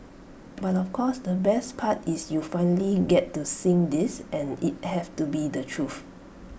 but of course the best part is you'll finally get to sing this and IT have to be the truth